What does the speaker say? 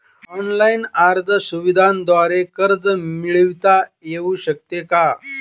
Online अर्ज सुविधांद्वारे कर्ज मिळविता येऊ शकते का?